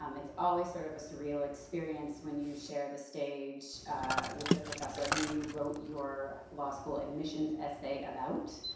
um it's always sort of a surreal experience when you share the stage with the professor whom you wrote your law school admissions essay about,